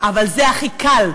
אבל זה הכי קל.